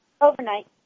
Overnight